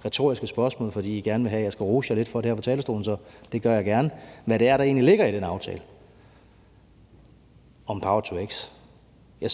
nok er retoriske spørgsmål, fordi I gerne vil have, at jeg skal rose jer lidt for det her fra talerstolen, så det gør jeg gerne.